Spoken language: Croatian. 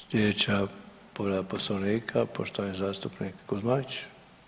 Sljedeća povreda Poslovnika, poštovani zastupnik Kuzmanić.